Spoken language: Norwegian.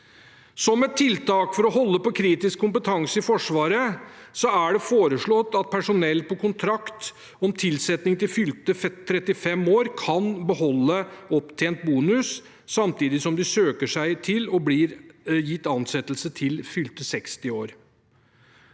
Som et tiltak for å holde på kritisk kompetanse i Forsvaret, er det foreslått at personell på kontrakt om tilsetting til fylte 35 år kan beholde opptjent bonus samtidig som de søker seg til og blir gitt ansettelse til fylte 60 år.